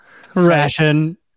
fashion